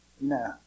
No